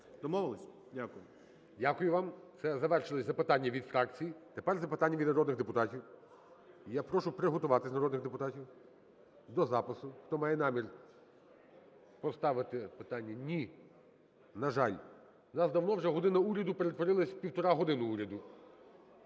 Домовились? Дякую. ГОЛОВУЮЧИЙ. Дякую вам. Все, завершились запитання від фракцій. Тепер запитання від народних депутатів. Я прошу приготуватись народних депутатів до запису, хто має намір поставити питання. Ні, на жаль. В нас давно вже година Уряду перетворилась в півтора години уряду.